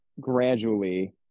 gradually